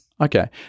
Okay